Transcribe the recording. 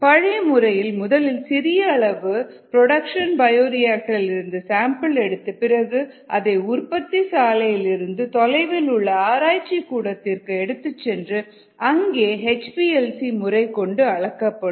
பழைய முறையில் முதலில் சிறிய அளவு புரோடக்சன் பயோரியாக்டர் இலிருந்து சாம்பிள் எடுத்து பிறகு அதை உற்பத்தி சாலையிலிருந்து தொலைவிலுள்ள ஆராய்ச்சிக் கூடத்துக்கு எடுத்துச்சென்று அங்கே ஹெச் பி எல் சி முறை கொண்டு அளக்கப்படும்